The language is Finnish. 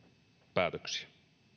päätöksiä